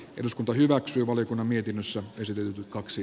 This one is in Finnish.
eduskunta hyväksyy valiokunnan mietinnössä käsitelty kaksi